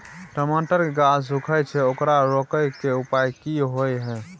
टमाटर के गाछ सूखे छै ओकरा रोके के उपाय कि होय है?